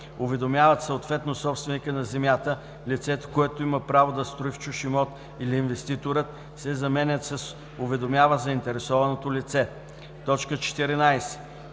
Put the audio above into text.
„уведомяват съответно собственикът на земята, лицето, което има право да строи в чужд имот, или инвеститорът“ се заменят с „уведомява заинтересованото лице“; 14.